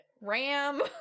RAM